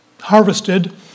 harvested